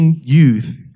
youth